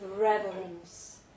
reverence